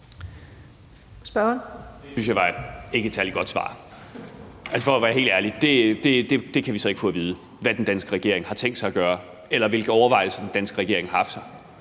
Det synes jeg ikke var et særlig godt svar, for at være helt ærlig. Det kan vi så ikke få at vide, altså hvad den danske regering har tænkt sig at gøre, eller hvilke overvejelser den danske regering har gjort sig.